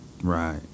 Right